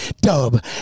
Dub